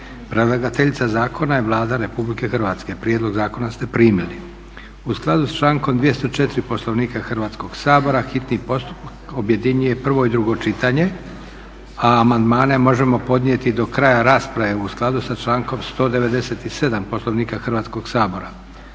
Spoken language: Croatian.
Predlagateljica zakona je Vlada Republike Hrvatske. Prijedlog zakona ste primili. U skladu sa člankom 204. Poslovnika Hrvatskog sabora hitni postupak objedinjuje prvo i drugo čitanje. Amandmani možemo podnijeti do kraja rasprave u skladu sa člankom 197. Poslovnika Hrvatskog sabora.